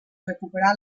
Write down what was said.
recuperar